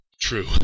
True